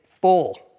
full